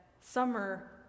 summer